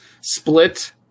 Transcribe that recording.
split